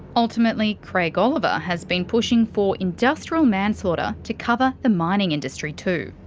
ultimately, craig oliver has been pushing for industrial manslaughter to cover the mining industry too.